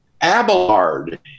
Abelard